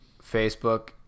Facebook